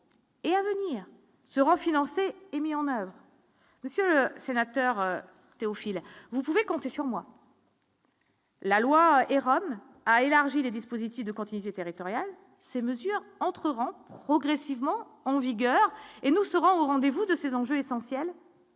et à venir seront financé et mis en oeuvre, monsieur le sénateur Théophile, vous pouvez compter sur moi. La loi et Rome a élargi les dispositifs de quantifier territoriale, ces mesures entreront progressivement en vigueur et nous serons au rendez-vous de ces enjeux essentiels